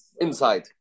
inside